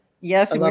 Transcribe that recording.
yes